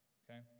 okay